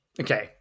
Okay